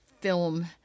film